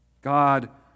God